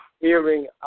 hearing